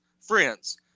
friends